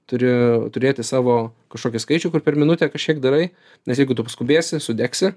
turi turėti savo kažkokį skaičių kur per minutę kažkiek darai nes jeigu tu paskubėsi sudegsi